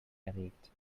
erregt